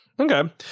Okay